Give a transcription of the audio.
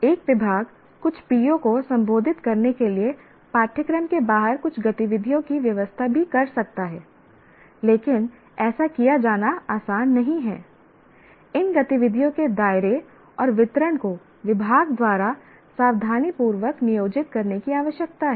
एक विभाग कुछ PO को संबोधित करने के लिए पाठ्यक्रम के बाहर कुछ गतिविधियों की व्यवस्था भी कर सकता है लेकिन ऐसा किया जाना आसान नहीं है इन गतिविधियों के दायरे और वितरण को विभाग द्वारा सावधानीपूर्वक नियोजित करने की आवश्यकता है